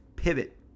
Pivot